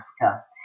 Africa